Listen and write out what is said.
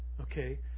okay